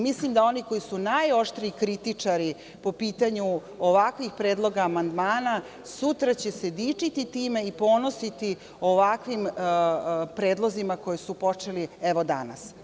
Mislim da oni koji su najoštriji kritičari po pitanju ovakvih predloga amandmana, sutra će se dičiti time i ponositi ovakvim predlozima koji su počeli, evo danas.